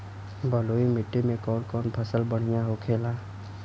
बलुई मिट्टी में कौन कौन फसल बढ़ियां होखेला?